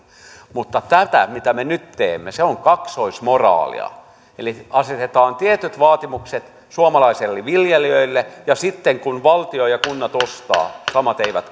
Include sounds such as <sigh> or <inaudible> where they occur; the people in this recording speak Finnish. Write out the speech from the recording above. mutta tämä mitä me nyt teemme on kaksoismoraalia eli asetetaan tietyt vaatimukset suomalaisille viljelijöille mutta sitten kun valtio ja kunnat ostavat samat eivät <unintelligible>